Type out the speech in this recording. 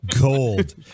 Gold